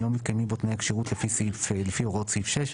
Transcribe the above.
לא מתקיימים בו תנאי הכשירות לפי הוראות סעיף 6,